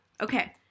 Okay